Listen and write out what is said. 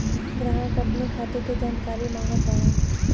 ग्राहक अपने खाते का जानकारी मागत बाणन?